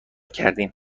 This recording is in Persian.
کردیم